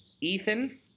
Ethan